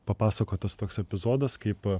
papasakotas toks epizodas kaip